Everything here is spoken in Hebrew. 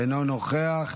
אינו נוכח.